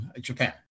Japan